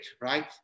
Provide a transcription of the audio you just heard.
right